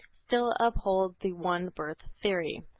still uphold the one-birth theory.